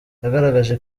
yagaragaje